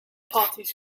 parties